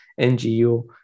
NGU